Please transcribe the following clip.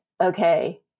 okay